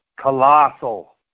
Colossal